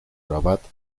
rabat